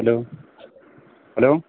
hello hello